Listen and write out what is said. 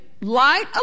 light